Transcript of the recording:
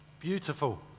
beautiful